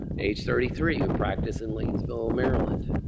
aged thirty three, who practiced in laytonville, maryland.